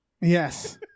Yes